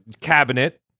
Cabinet